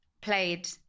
played